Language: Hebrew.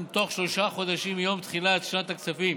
אם תוך שלושה חודשים מיום תחילת שנת הכספים